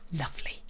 lovely